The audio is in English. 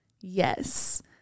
Yes